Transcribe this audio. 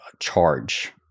charge